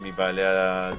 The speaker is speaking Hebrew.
מבעלי הדירות.